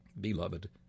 Beloved